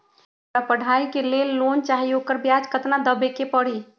हमरा पढ़ाई के लेल लोन चाहि, ओकर ब्याज केतना दबे के परी?